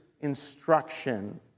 instruction